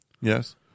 Yes